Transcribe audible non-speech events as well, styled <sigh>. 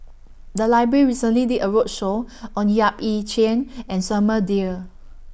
The Library recently did A roadshow <noise> on Yap Ee Chian <noise> and Samuel Dyer